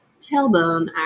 tailbone